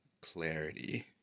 clarity